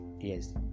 yes